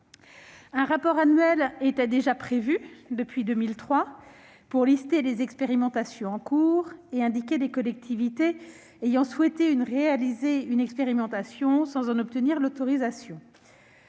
Un rapport annuel était déjà prévu depuis 2003 pour lister les expérimentations en cours et indiquer les collectivités ayant souhaité réaliser une expérimentation sans en obtenir l'autorisation.